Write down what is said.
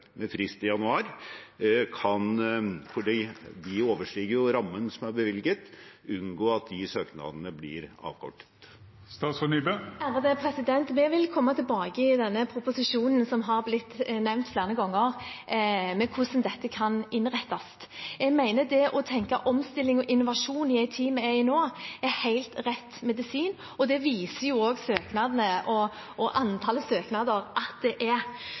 er bevilget. Vi vil i den proposisjonen som er blitt nevnt flere ganger, komme tilbake til hvordan dette kan innrettes. Jeg mener at å tenke omstilling og innovasjon i den tiden vi er inne i nå, er helt rett medisin, og det viser jo også søknadene og antallet søknader at det er.